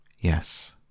Yes